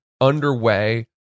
underway